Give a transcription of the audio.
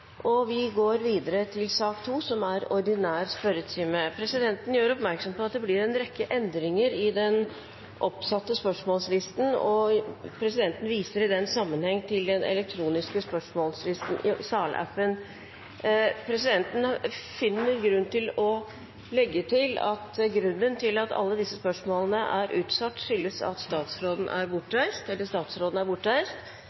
rekke endringer i den oppsatte spørsmålslisten, og presidenten viser i den sammenheng til den elektroniske spørsmålslisten. Presidenten finner grunn til å legge til at det at alle disse spørsmålene er utsatt, skyldes at statsrådene er